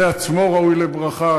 זה עצמו ראוי לברכה,